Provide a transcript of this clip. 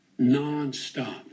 Nonstop